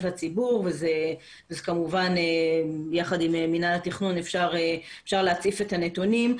לציבור וכמובן שיחד עם מנהל התכנון אפשר להציף את הנתונים.